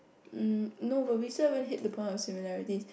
um no but we still haven't hit the point of similarity